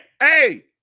Hey